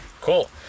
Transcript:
Cool